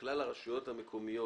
בוקר טוב,